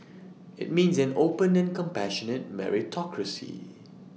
IT means an open and compassionate meritocracy